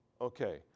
Okay